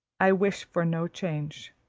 i wish for no change.